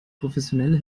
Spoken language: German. professionelle